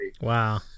Wow